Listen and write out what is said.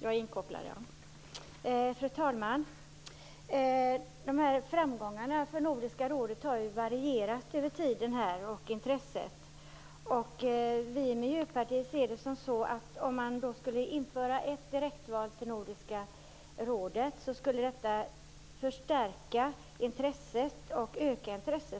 Fru talman! Framgångarna och intresset för Nordiska rådet har ju varierat. Vi i Miljöpartiet anser att direktval till Nordiska rådet skulle öka intresset